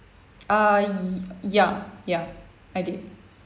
err y~ ya I did